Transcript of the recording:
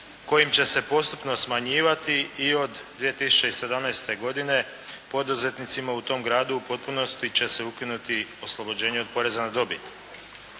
kojim će se postupno smanjivati i od 2017. godine poduzetnicima u tom gradu u potpunosti će se ukinuti oslobođenje od poreza na dobit.